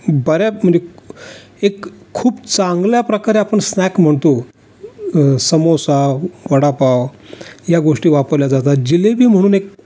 बऱ्या म्हणजे एक खूप चांगल्या प्रकारे आपण स्नॅक म्हणतो समोसा वडापाव या गोष्टी वापरल्या जातात जिलेबी म्हणून एक